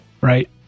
right